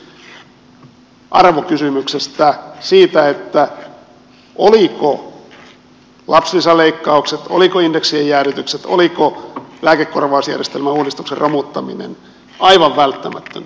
tässä on kysymys arvokysymyksestä siitä olivatko lapsilisäleikkaukset olivatko indeksien jäädytykset oliko lääkekorvausjärjestelmän uudistuksen romuttaminen aivan välttämätöntä